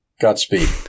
Godspeed